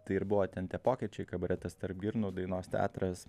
tai ir buvo ten tie pokyčiai kabaretas tarp girnų dainos teatras